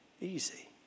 easy